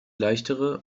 leichtere